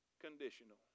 conditional